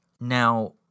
Now